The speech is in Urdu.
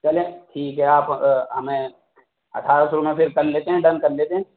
چلیں ٹھیک ہے آپ ہمیں اٹھارہ سو میں پھر کر لیتے ہیں ڈن کر لیتے ہیں